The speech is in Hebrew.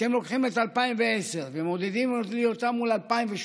ואתם לוקחים את 2020 ומודדים לי אותה מול 2018,